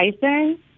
Tyson